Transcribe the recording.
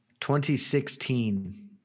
2016